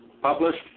published